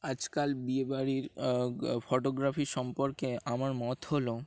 আজকাল বিয়েবাড়ির ফটোগ্রাফি সম্পর্কে আমার মত হলো